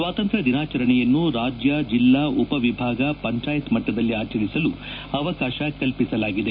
ಸ್ವಾತಂತ್ರ್ ದಿನಾಚರಣೆಯನ್ನು ರಾಜ್ಯ ಜಿಲ್ಲಾ ಉಪ ವಿಭಾಗ ಪಂಚಾಯತ್ ಮಟ್ಟದಲ್ಲಿ ಆಚರಿಸಲು ಅವಕಾಶ ಕಲ್ಪಿಸಲಾಗಿದೆ